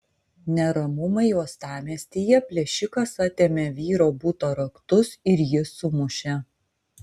neramumai uostamiestyje plėšikas atėmė vyro buto raktus ir jį sumušė